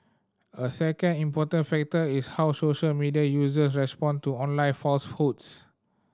a second important factor is how social media user respond to online falsehoods